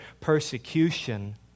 persecution